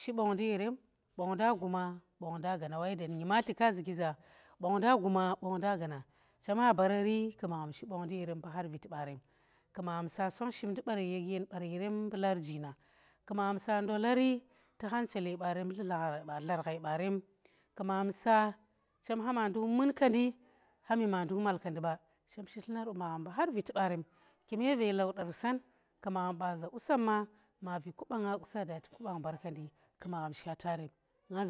tushi bong ndi yerem, bong nda guma bongnda gaana, wa yanda nuge nyimatli ka zuki za bong nda gaana chema barari magham shi bong ndi yerem mbu har viti barem, magham sa song shimndi bar- yen bar yerem mbu larji nang ku magham sa ndolari tu khan chele barem mbu dla- dlar ghai barem ku magham sa chem hama nduk munkendi, ha mi ma nduk malkanli ba chem shi tlumar bu magham kume ve laudar san ku magham ba zu za usamma maari ku banga usa daati ku bang mbarkendi ku magham shatarem nga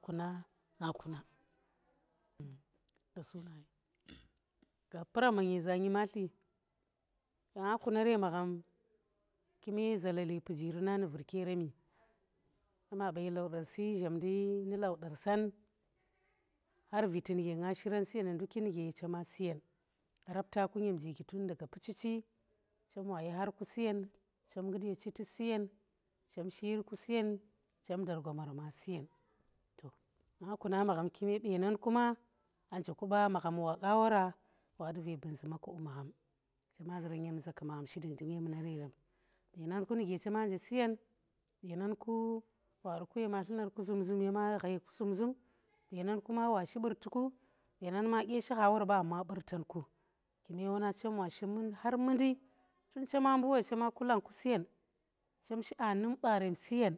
kuna nga kunar ye magham kume zalale pujiri nanu vurki yeremi chema baye laudarsi zhamndi ni lauder san har viti nuge nga shi ran siyen nu nduki nuge chema siyen rapte ku nyem jiki tun daga picici chem washi har ku siyen chem shiyir ku siyen chem dar gomar ma su yen to nga kuna magham kume benan ku ma aa nje kuba magham wa qa wora wa du ve bun zuma ku bu magham, chema zuran nyem za ku magham shi dungndi memunar yerem benanku wadu ku yena tlumar zum zum yema ghai ku zum zum benan kuma washi burti ku, benan ma dye shi ha wor ba amma burtan ku, kume wona chem wa shi har mundi tun chema mbu woi chema kulang ku su yen aa num barem su yen